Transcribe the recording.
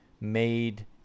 made